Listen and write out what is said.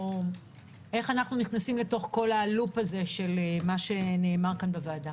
או איך אנחנו נכנסים ללופ של מה שנאמר פה בוועדה.